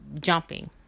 jumping